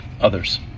others